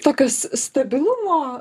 tokios stabilumo